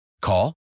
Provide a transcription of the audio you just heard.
Call